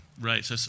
Right